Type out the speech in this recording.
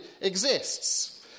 exists